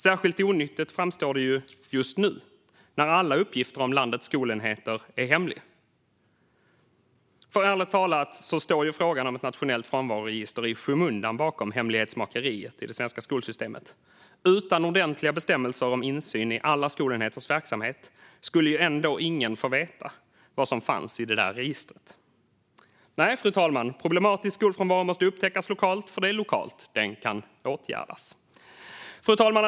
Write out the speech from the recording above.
Särskilt onyttigt framstår det just nu när alla uppgifter om landets skolenheter är hemliga. Ärligt talat står frågan om ett nationellt frånvaroregister i skymundan för hemlighetsmakeriet i det svenska skolsystemet. Utan ordentliga bestämmelser om insyn i alla skolenheters verksamhet skulle ändå ingen få veta vad som fanns i det där registret. Nej, fru talman, problematisk skolfrånvaro måste upptäckas lokalt, för det är lokalt som den kan åtgärdas. Fru talman!